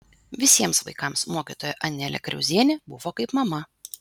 visiems vaikams mokytoja anelė kriauzienė buvo kaip mama